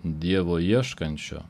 dievo ieškančio